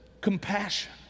compassion